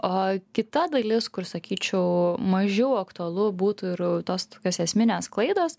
o kita dalis kur sakyčiau mažiau aktualu būtų ir tos tokios esminės klaidos